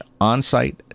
onsite